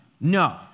No